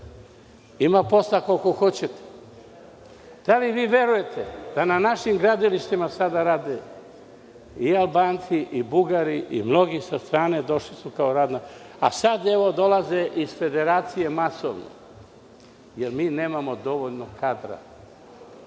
Ima posla koliko hoćete. Da li verujete da na našim gradilištima sada rade i Albanci i Bugari i mnogi sa strane. Došli su kao radna snaga. Sada dolaze i iz Federacije masovno, jer nemamo dovoljno kadra.